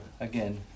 Again